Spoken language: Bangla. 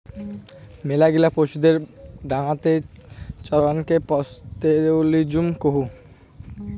মেলাগিলা পশুদের ডাঙাতে চরানকে পাস্তোরেলিজম কুহ